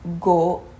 go